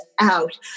out